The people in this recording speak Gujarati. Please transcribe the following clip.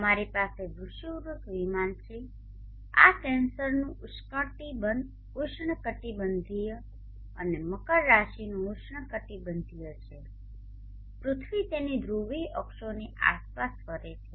તમારી પાસે વિષુવવૃત્ત વિમાન છે આ કેન્સરનું ઉષ્ણકટિબંધીય અને મકર રાશિનું ઉષ્ણકટિબંધીય છે પૃથ્વી તેની ધ્રુવીય અક્ષોની આસપાસ ફરે છે